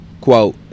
quote